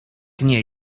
nie